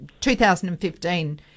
2015